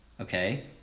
okay